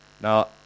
Now